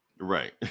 Right